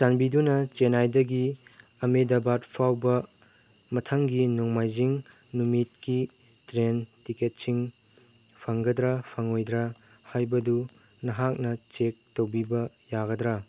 ꯆꯥꯟꯕꯤꯗꯨꯅ ꯆꯦꯅꯥꯏꯗꯒꯤ ꯑꯃꯦꯗꯕꯥꯠ ꯐꯥꯎꯕ ꯃꯊꯪꯒꯤ ꯅꯣꯡꯃꯥꯏꯖꯤꯡ ꯅꯨꯃꯤꯠꯀꯤ ꯇ꯭ꯔꯦꯟ ꯇꯤꯀꯦꯠꯁꯤꯡ ꯐꯪꯒꯗ꯭ꯔꯥ ꯐꯪꯉꯣꯏꯗ꯭ꯔꯥ ꯍꯥꯏꯕꯗꯨ ꯅꯍꯥꯛꯅ ꯆꯦꯛ ꯇꯧꯕꯤꯕ ꯌꯥꯒꯗ꯭ꯔꯥ